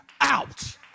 out